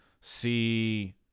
see